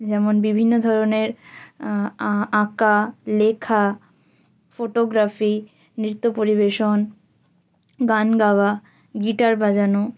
যেমন বিভিন্ন ধরনের আঁকা লেখা ফোটোগ্রাফি নৃত্য পরিবেশন গান গাওয়া গিটার বাজানো